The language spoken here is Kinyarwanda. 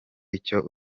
icyo